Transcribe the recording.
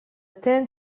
thin